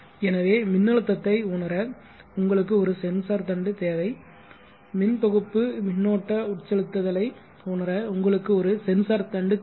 எனவே மின்னழுத்தத்தை உணர உங்களுக்கு ஒரு சென்சார் தண்டு தேவை மின் தொகுப்பு மின்னோட்ட உட்செலுத்தலை உணர உங்களுக்கு ஒரு சென்சார் தண்டு தேவை